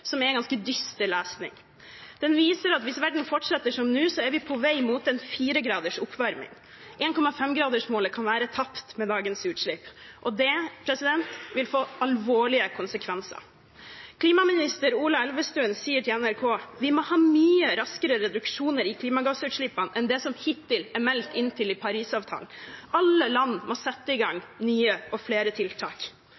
som er ganske dyster lesning. Den viser at hvis verden fortsetter som nå, er vi på vei mot en 4-graders oppvarming. 1,5-gradersmålet kan være tapt med dagens utslipp, og det vil få alvorlige konsekvenser. Klimaminister Ola Elvestuen sier til NRK: «Vi må ha mye raskere reduksjoner i klimagassutslipp enn det som hittil er meldt inn til Parisavtalen. Alle land må sette igang langt flere tiltak.» Vel, hvor finner jeg oppfølgingen av dette i